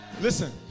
Listen